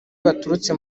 baturutse